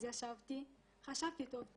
אז ישבתי, חשבתי טוב טוב,